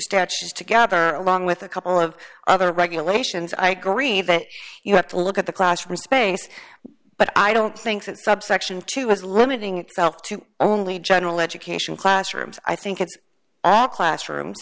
statues together along with a couple of other regulations i agree that you have to look at the classroom space but i don't think that subsection two is limiting it to only general education classrooms i think it's all classrooms